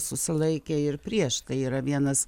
susilaikė ir prieš tai yra vienas